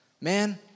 man